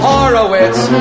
Horowitz